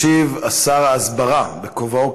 ישיב שר ההסברה,